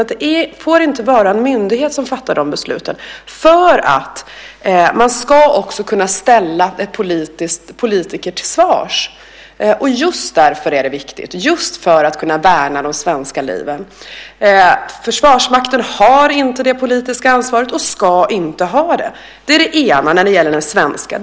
Det får inte vara en myndighet som fattar de besluten. Man ska nämligen också kunna ställa politiker till svars. Just därför är det viktigt, just för att kunna värna de svenska liven. Försvarsmakten har inte det politiska ansvaret och ska inte ha det. Det är det ena, det som gäller svenskarna.